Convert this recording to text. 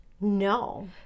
No